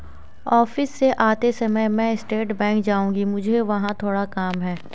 office से आते समय मैं स्टेट बैंक जाऊँगी, मुझे वहाँ थोड़ा काम है